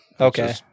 Okay